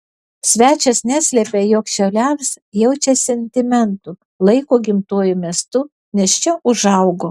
svečias neslėpė jog šiauliams jaučia sentimentų laiko gimtuoju miestu nes čia užaugo